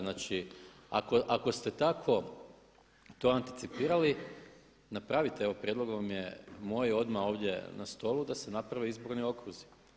Znači, ako ste tako to anticipirali napravite, evo prijedlog vam je moj odmah ovdje na stolu da se naprave izborni okruzi.